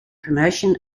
promotion